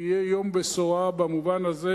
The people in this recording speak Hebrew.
יהיה יום בשורה במובן הזה,